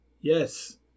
Yes